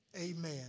amen